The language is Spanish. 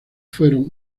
fueron